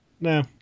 No